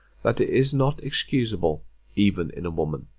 that it is not excusable even in a woman.